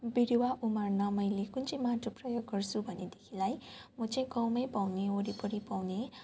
बिरुवा उमार्न मैले कुन चाहिँ माटो प्रयोग गर्छु भनेदेखिलाई म चाहिँ गाउँमै पाउने वरिपरि